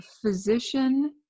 physician